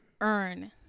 earn